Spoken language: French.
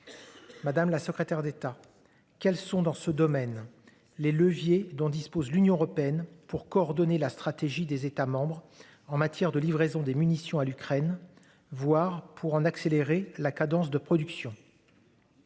Madame la secrétaire d'État. Quelles sont, dans ce domaine les leviers dont dispose l'Union européenne pour coordonner la stratégie des États en matière de livraison des munitions à l'Ukraine, voir pour en accélérer la cadence de production.